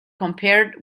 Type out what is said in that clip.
compared